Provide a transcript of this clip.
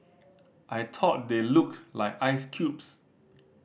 I thought they looked like ice cubes